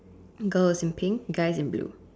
girl is in pink guy is in blue